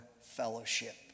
fellowship